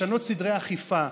משנות סדרי אכיפה.